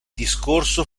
discorso